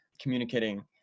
communicating